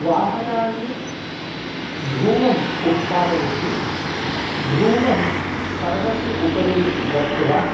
वाहनानि धूमम् उत्पादयन्ति धूमं पर्णस्य उपरि गत्वा